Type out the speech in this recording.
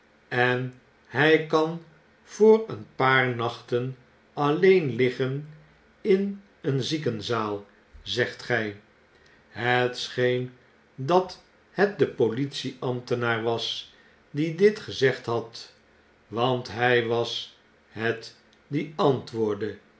en hy kan voor een paar nachten alleen iiggen in een ziekenzaal zegt gij het scheen dat het de politie ambtenaar was die dit gezegd had want hy was het die antwoordde